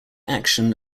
action